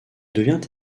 devient